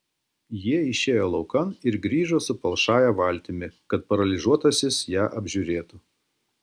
jie išėjo laukan ir grįžo su palšąja valtimi kad paralyžiuotasis ją apžiūrėtų